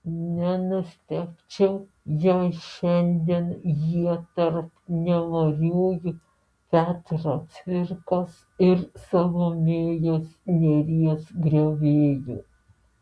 nenustebčiau jei šiandien jie tarp nemariųjų petro cvirkos ir salomėjos nėries griovėjų